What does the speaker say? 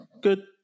Good